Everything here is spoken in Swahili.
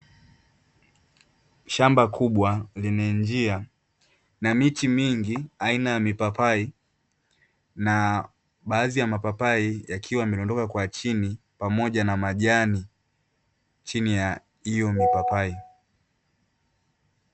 Shamba kubwa lenye njia na miti mingi aina ya mipapai na baadhi ya mapapai yakiwa yamedondoka kwa chini pamoja na majani chini ya hiyo mipapai.